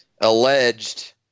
alleged